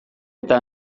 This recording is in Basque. eta